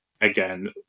again